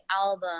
album